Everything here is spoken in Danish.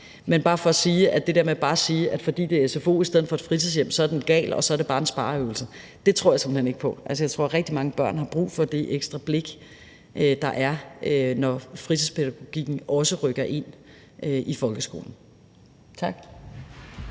med bare at sige, at fordi det er en sfo i stedet for et fritidshjem, så er den gal, og så er det bare en spareøvelse, tror jeg simpelt hen ikke på. Altså, jeg tror, at rigtig mange børn har brug for det ekstra blik, der er, når fritidspædagogikken også rykker ind i folkeskolen. Tak.